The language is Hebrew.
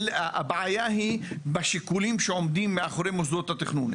הבעיה היא בשיקולים שעומדים מאחורי מוסדות התכנון.